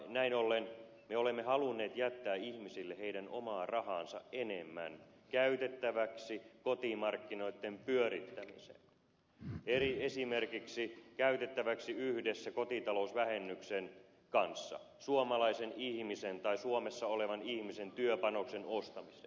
näin ollen me olemme halunneet jättää ihmisille heidän omaa rahaansa enemmän käytettäväksi kotimarkkinoitten pyörittämiseen eli esimerkiksi käytettäväksi yhdessä kotitalousvähennyksen kanssa suomalaisen ihmisen tai suomessa olevan ihmisen työpanoksen ostamiseen